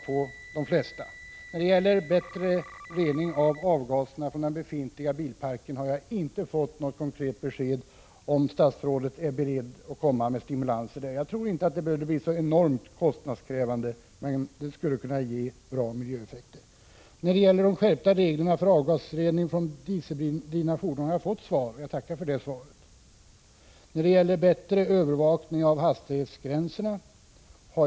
När det gäller att ge stimulanser för bättre rening av avgaserna från den befintliga bilparken har jag emellertid inte fått något konkret besked om huruvida statsrådet är beredd att medverka till sådana. Jag tror inte att sådana stimulanser skulle behöva bli så enormt kostnadskrävande, och de skulle kunna ge bra miljöeffekter. På frågan om skärpta regler för rening av avgaser från dieseldrivna fordon har jag fått svar. Jag tackar för det svaret. Jag har också fått svar på frågan om bättre övervakning av hastighetsgränserna.